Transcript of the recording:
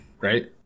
right